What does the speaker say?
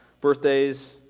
birthdays